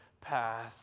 path